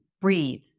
breathe